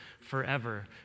forever